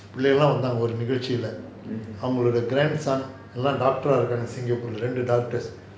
பிள்ளையெல்லாம் வந்தாங்க ஒரு நிகழ்ச்சிலே அவங்களோட:pilaiyelaam vanthanga oru negzhalchila avangaloda grandson எல்லாம்:yellaam doctors eh இருகாங்க:irukaanga singapore leh